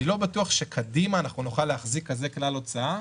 אני לא בטוח שקדימה אנחנו נוכל להחזיק כזה כלל הוצאה,